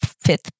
fifth